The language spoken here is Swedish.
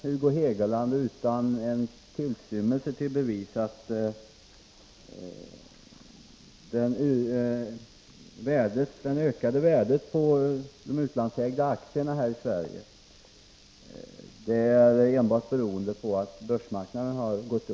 Hugo Hegeland påstår utan en tillstymmelse till bevis att det ökade värdet på de utlandsägda aktierna i Sverige enbart beror på att det totala värdet på aktiemarknaden har ökat.